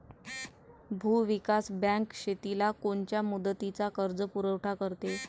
भूविकास बँक शेतीला कोनच्या मुदतीचा कर्जपुरवठा करते?